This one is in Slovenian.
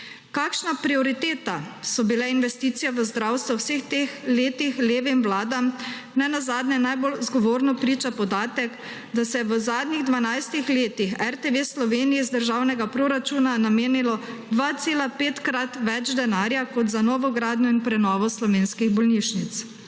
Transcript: Kakšna prioriteta so bile investicije v zdravstvo v vseh teh letih levim vladam, nenazadnje najbolj zgovorno priča podatek, da se je v zadnjih dvanajstih letih RTV Sloveniji iz državnega proračuna namenilo 2,5-krat več denarja kot za novogradnjo in prenovo slovenskih bolnišnic.